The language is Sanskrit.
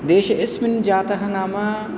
देशेऽस्मिन् जातः नाम